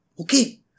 Okay